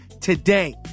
today